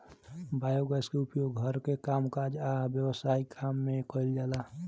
biogas के उपयोग घर के कामकाज आ व्यवसायिक काम में कइल जाला